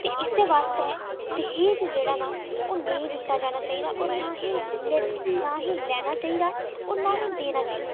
ते इस आस्तै दाज जेह्ड़ा निं ओह् नेईं दित्ता जाना चाहिदा और नां गै लैना गै चाहिदा और नां गै देना चाहिदा